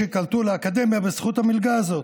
שייקלטו באקדמיה בזכות המלגה הזאת.